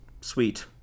Sweet